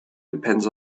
depends